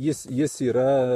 jis jis yra